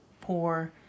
poor